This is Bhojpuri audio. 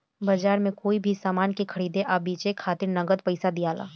बाजार में कोई भी सामान के खरीदे आ बेचे खातिर नगद पइसा दियाला